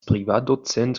privatdozent